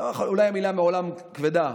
אולי המילה "מעולם" כבדה,